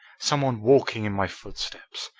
some one walking in my footsteps.